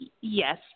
Yes